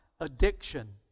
Addiction